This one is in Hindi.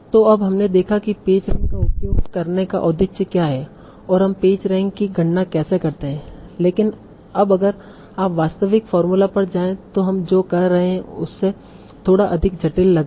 तो अब हमने देखा कि पेज रैंक का उपयोग करने का औचित्य क्या है और हम पेज रैंक की गणना कैसे करते हैं लेकिन अब अगर आप वास्तविक फॉर्मूला पर जाएं तों हम जो कह रहे थे उससे थोड़ा अधिक जटिल लग रहा है